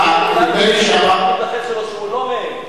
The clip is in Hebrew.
שהוא לא מהם.